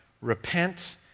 repent